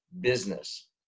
business